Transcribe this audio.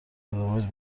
ازدواج